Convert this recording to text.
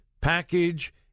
package